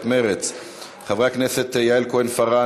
סיעת מרצ); חברי הכנסת יעל כהן-פארן,